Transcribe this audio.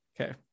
okay